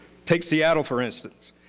take seattle, for instance.